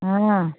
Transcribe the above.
हाँ